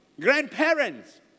grandparents